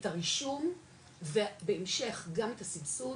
את הרישום ובהמשך גם את הסבסוד,